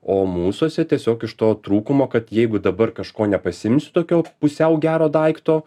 o mūsuose tiesiog iš to trūkumo kad jeigu dabar kažko nepasiimsiu tokio pusiau gero daikto